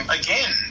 again